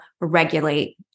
regulate